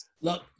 Look